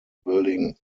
building